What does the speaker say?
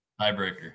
Tiebreaker